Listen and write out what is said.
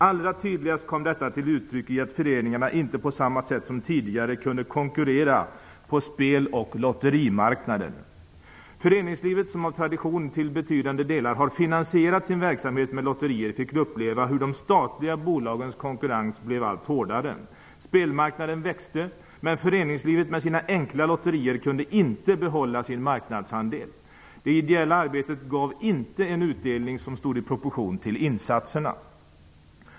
Allra tydligast kom detta till uttryck i att föreningarna inte på samma sätt som tidigare kunde konkurrera på speloch lotterimarknaden. Föreningslivet som av tradition till betydande delar har finansierat sin verksamhet med lotterier fick uppleva hur de statliga bolagens konkurrens blev allt hårdare. Spelmarknaden växte. Men föreningslivet med sina enkla lotterier kunde inte behålla sin marknadsandel. Det ideella arbetet gav inte en utdelning som stod i proportion till insatserna.